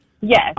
Yes